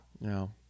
No